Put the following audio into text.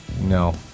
No